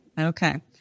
Okay